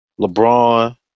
LeBron